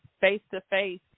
face-to-face